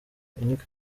unique